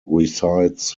resides